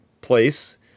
place